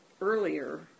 earlier